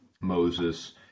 Moses